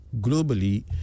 globally